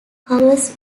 covers